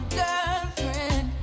girlfriend